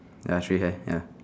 ya three hair ya